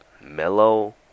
mellow